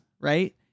Right